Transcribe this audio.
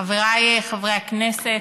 חבריי חברי הכנסת,